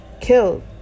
killed